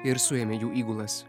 ir suėmė jų įgulas